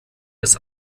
des